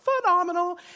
phenomenal